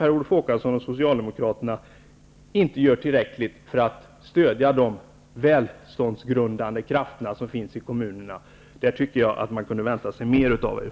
Per Olof Håkansson och Socialdemokraterna gör enligt min mening inte tillräckligt för att stödja de välståndsgrundande krafter som finns i kommunerna. I det avseendet kunde man vänta sig mer av er.